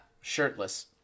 Shirtless